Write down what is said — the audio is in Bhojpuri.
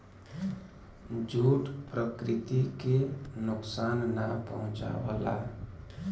जूट प्रकृति के नुकसान ना पहुंचावला